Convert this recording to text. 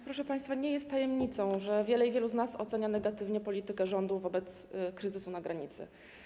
Proszę państwa, nie jest tajemnicą, że wiele i wielu z nas ocenia negatywnie politykę rządu wobec kryzysu na granicy.